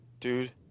dude